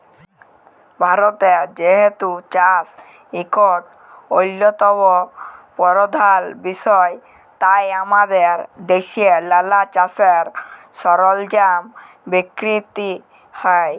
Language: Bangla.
ভারতে যেহেতু চাষ ইকট অল্যতম পরধাল বিষয় তাই আমাদের দ্যাশে লালা চাষের সরলজাম বিক্কিরি হ্যয়